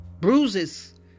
bruises